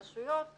באחת הרשויות.